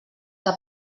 que